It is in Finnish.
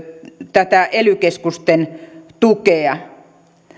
tätä ely keskusten tukea